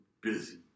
Busy